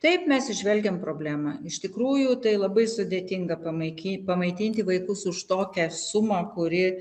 taip mes įžvelgiam problemą iš tikrųjų tai labai sudėtinga pamaikin pamaitinti vaikus už tokią sumą kuri